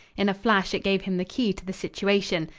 in a flash it gave him the key to the situation.